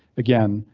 again.